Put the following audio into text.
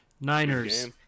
Niners